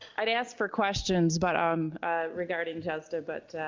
i'd ask for questions but um regarding jesda but